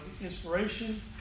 inspiration